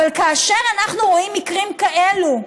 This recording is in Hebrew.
אבל כאשר אנחנו רואים מקרים כאלה,